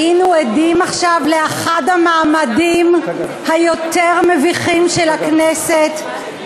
היינו עדים עכשיו לאחד המעמדים היותר-מביכים של הכנסת,